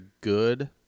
good